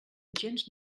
gens